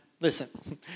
listen